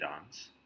Dance